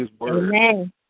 Amen